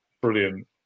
brilliant